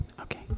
okay